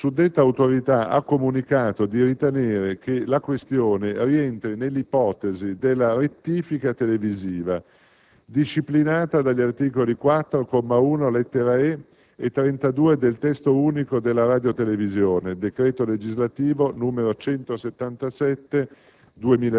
la suddetta Autorità ha comunicato di ritenere che la questione rientri nell'ipotesi della rettifica televisiva disciplinata dagli articoli 4, comma 1, lett. *e)* e 32 del Testo unico della radiotelevisione (decreto legislativo n. 177